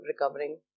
recovering